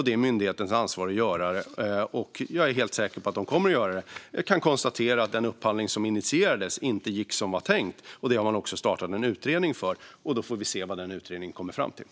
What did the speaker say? Det är myndighetens ansvar att göra det, och jag är helt säker på att de kommer att göra det. Jag kan konstatera att den upphandling som initierades inte gick som det var tänkt. Det har man startat en utredning av, och vi får se vad den utredningen kommer fram till.